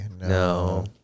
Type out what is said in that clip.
No